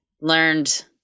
learned